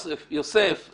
יוסף, יוסף.